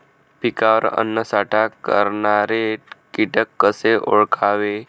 पिकावर अन्नसाठा करणारे किटक कसे ओळखावे?